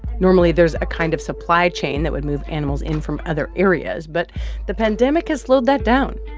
normally, there's a kind of supply chain that would move animals in from other areas. but the pandemic has slowed that down,